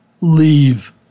leave